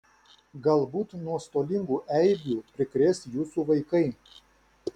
galbūt nuostolingų eibių prikrės jūsų vaikai